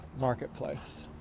marketplace